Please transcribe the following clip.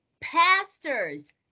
pastors